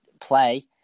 play